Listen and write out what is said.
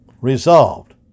Resolved